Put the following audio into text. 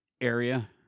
area